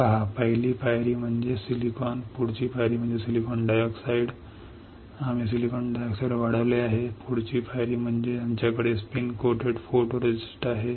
पहा पहिली पायरी म्हणजे सिलिकॉन पुढची पायरी म्हणजे सिलिकॉन डायऑक्साइड आम्ही सिलिकॉन डायऑक्साइड पिकवले आहे पुढची पायरी म्हणजे आपल्याकडे फिरकी लेपित फोटोरिस्ट आहे